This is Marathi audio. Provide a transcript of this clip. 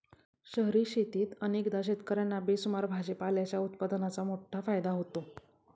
शहरी शेतीत अनेकदा शेतकर्यांना बेसुमार भाजीपाल्याच्या उत्पादनाचा मोठा फायदा होतो